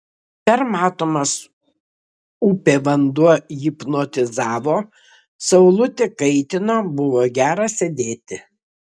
permatomas upė vanduo hipnotizavo saulutė kaitino buvo gera sėdėti